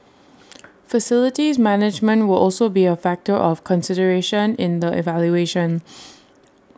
facilities management will also be A factor of consideration in the evaluation